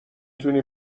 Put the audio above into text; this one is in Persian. تونی